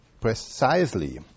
precisely